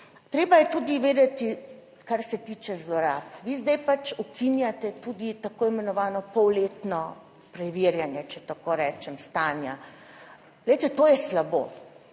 treba je tudi vedeti, kar se tiče zlorab. Vi zdaj pač ukinjate tudi tako imenovano polletno preverjanje, če tako rečem, stanja. Glejte, to je slabo.